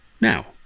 now